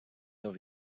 your